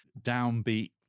downbeat